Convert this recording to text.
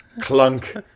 clunk